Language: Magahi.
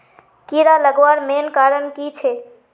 कीड़ा लगवार मेन कारण की छे?